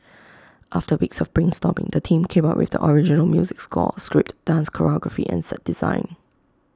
after weeks of brainstorming the team came up with the original music score script dance choreography and set design